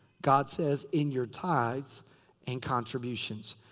god says in your tithes and contributions.